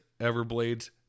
Everblades